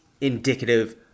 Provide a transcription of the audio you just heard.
indicative